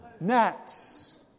Gnats